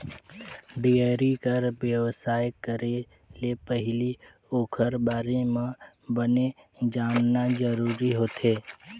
dairy कर बेवसाय करे ले पहिली ओखर बारे म बने जानना जरूरी होथे